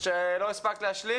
שלא הספקת להשלים?